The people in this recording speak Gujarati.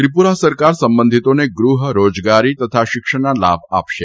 ત્રિપુરા સરકાર સંબંધીતોને ગૃહ રોજગારી તથા શિક્ષણના લાભ આપશે